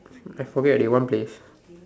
I forget already one place